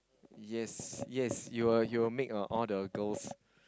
yes yes you will you will make that all the girls